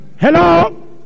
hello